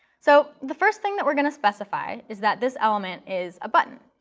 so the first thing that we're going to specify is that this element is a button.